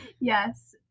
yes